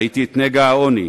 ראיתי את נגע העוני,